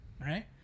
right